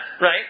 right